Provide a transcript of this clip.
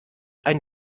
einen